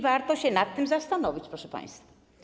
Warto się nad tym zastanowić, proszę państwa.